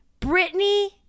Britney